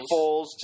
Foles